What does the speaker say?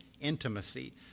intimacy